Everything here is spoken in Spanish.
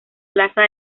plaza